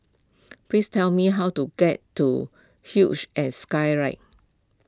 please tell me how to get to huge and Skyride